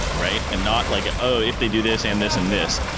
right? and not like, oh, if they do this and this and this,